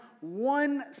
one